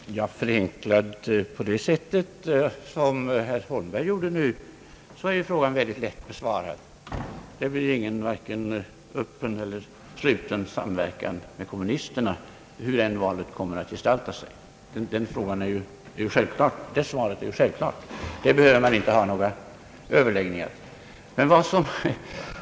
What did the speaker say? Herr talman! Om jag skulle förenkla resonemanget på det sätt som herr Holmberg nyss gjorde är frågan lätt besvarad: Det blir ingen vare sig öppen eller sluten samverkan med kommunisterna hur valet än kommer att gestalta sig. Det svaret är självklart och för det behövs inga överläggningar.